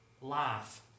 Life